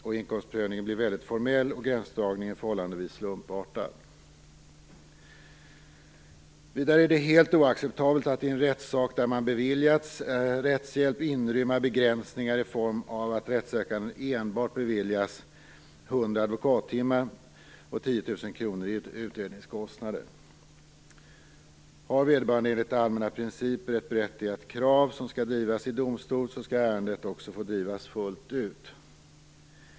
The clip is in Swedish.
Inkomstprövningen blir väldigt formell och gränsdragningen förhållandevis slumpartad. Det är vidare helt oacceptabelt att i en rättssak där man beviljats rättshjälp inrymma begränsningar i form av att den rättssökande enbart beviljas 100 advokattimmar och 10 000 kr i utredningskostnader. Har vederbörande enligt allmänna principer ett berättigat krav som skall drivas i domstol skall ärendet också få drivas fullt ut.